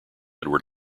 edward